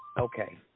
Okay